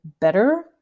better